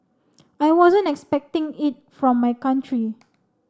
I wasn't expecting it from my country